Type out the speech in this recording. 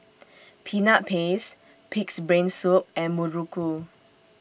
Peanut Paste Pig'S Brain Soup and Muruku